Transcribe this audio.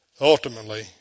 ultimately